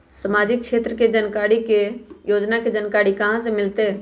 सामाजिक क्षेत्र के योजना के जानकारी कहाँ से मिलतै?